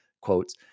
quotes